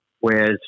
whereas